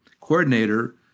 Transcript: coordinator